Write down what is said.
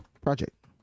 project